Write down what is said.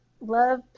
love